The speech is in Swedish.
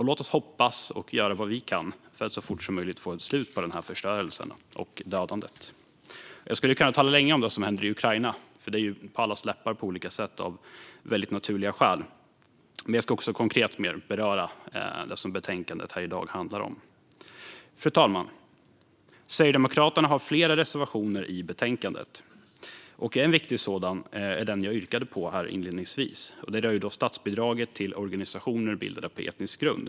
Låt oss hoppas att det snart blir ett slut på denna förstörelse och detta dödande, och låt oss göra vad vi kan för att det så fort som möjligt får ett slut. Jag skulle kunna tala länge om vad som händer i Ukraina. Det är på allas läppar på olika sätt, av naturliga skäl. Men jag ska också mer konkret beröra det som betänkandet handlar om. Fru talman! Sverigedemokraterna har flera reservationer i betänkandet. En viktig sådan är den jag yrkade bifall till inledningsvis. Den rör statsbidraget till organisationer bildade på etnisk grund.